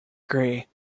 gray